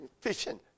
fishing